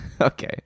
Okay